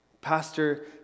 Pastor